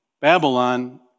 Babylon